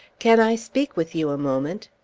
can i speak with you a moment?